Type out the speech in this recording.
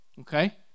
Okay